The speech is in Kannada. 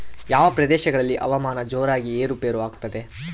ಯಾವ ಪ್ರದೇಶಗಳಲ್ಲಿ ಹವಾಮಾನ ಜೋರಾಗಿ ಏರು ಪೇರು ಆಗ್ತದೆ?